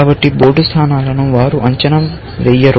కాబట్టి బోర్డు స్థానాలను వారు అంచనా వేయరు